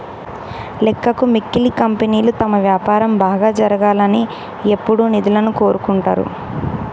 లెక్కకు మిక్కిలి కంపెనీలు తమ వ్యాపారం బాగా జరగాలని ఎప్పుడూ నిధులను కోరుకుంటరు